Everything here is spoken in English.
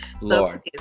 lord